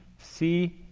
c,